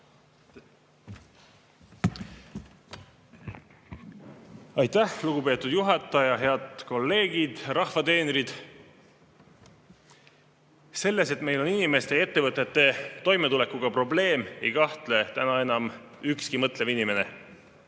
Aitäh, lugupeetud juhataja! Head kolleegid, rahvateenrid! Selles, et meil on inimeste ja ettevõtete toimetulekuga probleem, ei kahtle täna enam ükski mõtlev inimene.